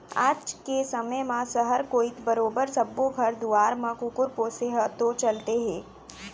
आज के समे म सहर कोइत बरोबर सब्बो घर दुवार म कुकुर पोसे ह तो चलते हे